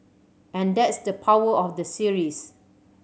and that's the power of the series